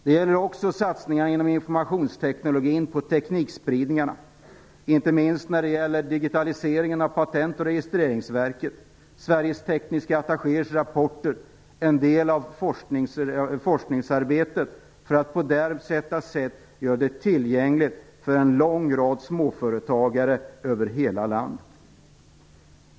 Det gäller också satsningarna inom informationsteknologin och på teknikspridning, och inte minst datorisering av Patent och registreringsverket och digitalisering av Sveriges tekniska attachéers rapporter och en del av forskningsarbetet för att på detta sätt göra det tillgängligt för en lång rad småföretagare över hela landet.